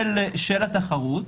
העלות והתחרות.